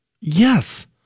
Yes